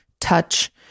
touch